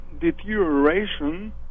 deterioration